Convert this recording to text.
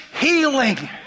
healing